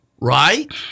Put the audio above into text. right